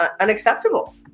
unacceptable